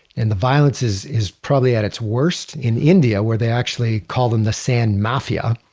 and the violence is is probably at its worst in india where they actually call them the sand mafia.